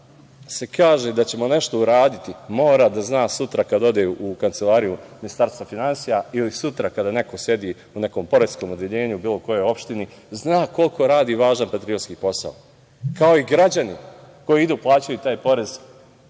kaže da ćemo nešto uraditi, mora da zna sutra kada ode u kancelariju Ministarstva finansija ili sutra kada neko sedi u nekom poreskom odeljenju u bilo kojoj opštini, zna koliko radi važan patriotski posao, kao i građani koji idu i plaćaju taj porez,